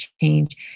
change